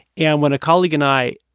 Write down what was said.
and when a colleague and i